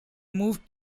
moved